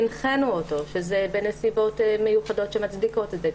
הנחינו אותו שזה בנסיבות מיוחדות שמצדיקות את זה,